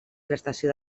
prestació